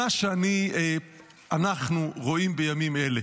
זה מה שאני, אנחנו, רואים בימים אלה.